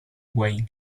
wayne